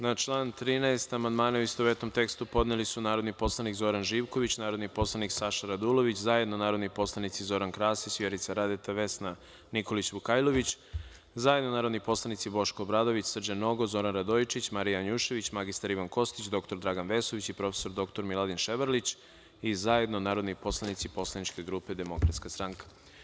Na član 13. amandmane, u istovetnom tekstu, podneli su narodni poslanik Zoran Živković, narodni poslanik Saša Radulović, zajedno narodni poslanici Zoran Krasić, Vjerica Radeta i Vesna Nikolić Vukajlović, zajedno narodni poslanici Boško Obradović, Srđan Nogo, Zoran Radojičić, Marija Janjušević, mr Ivan Kostić, dr Dragan Vesović i prof. dr Miladin Ševarlić, i zajedno narodni poslanici Poslaničke grupe Demokratska stranka.